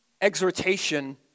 exhortation